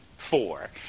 four